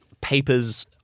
papers